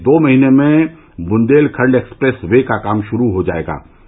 अगले दो महीने में बुन्देलखंड एक्सप्रेस वे का काम षुरू हो जायेगा